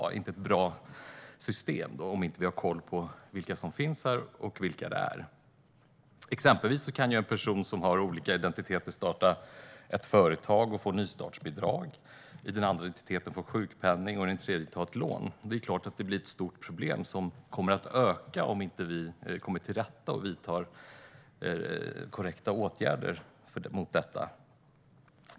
Det är inte ett bra system om vi inte har koll på vilka som finns här och vilka det är. Exempelvis kan en person som har olika identiteter starta ett företag och få nystartsbidrag i en identitet, få sjukpenning i en annan identitet och ta ett lån i en tredje. Det är klart att detta blir ett stort problem som kommer att öka om vi inte vidtar korrekta åtgärder och kommer till rätta med det.